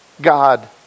God